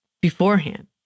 beforehand